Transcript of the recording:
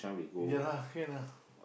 yeah lah can lah